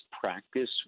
practice